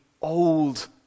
old